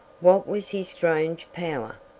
what was his strange power?